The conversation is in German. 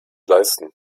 leisten